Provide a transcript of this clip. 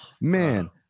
man